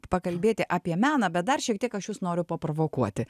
pakalbėti apie meną bet dar šiek tiek aš jus noriu paprovokuoti